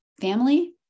family